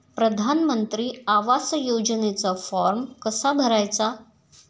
प्रधानमंत्री आवास योजनेचा फॉर्म कसा भरायचा?